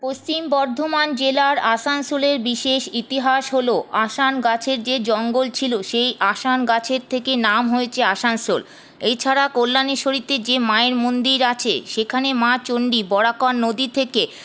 পশ্চিম বর্ধমান জেলার আসানসোলের বিশেষ ইতিহাস হল আসান গাছের যে জঙ্গল ছিল সেই আসান গাছের থেকে নাম হয়েছে আসানসোল এছাড়া কল্যানেশ্বরী যে মায়ের মন্দির আছে সেখানে মা চণ্ডী বরাকর নদী থেকে